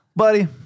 Buddy